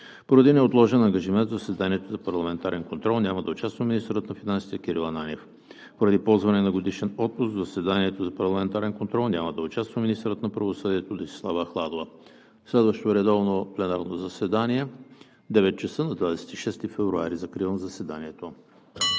Поради неотложен ангажимент в заседанието за парламентарен контрол няма да участва министърът на финансите Кирил Ананиев. Поради ползване на годишен отпуск в заседанието за парламентарен контрол няма да участва министърът на правосъдието Десислава Ахладова. Следващо редовно пленарно заседание – 9,00 ч. на 26 февруари 2021 г. Закривам заседанието.